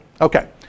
okay